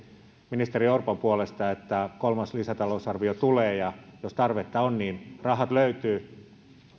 ministeri orpon puolesta että kolmas lisätalousarvio tulee ja jos tarvetta on rahat löytyy niin